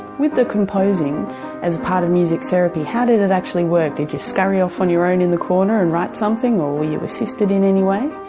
with the composing as part of music therapy, how did it actually work, did you scurry off on your own in the corner and write something, or you were assisted in any way?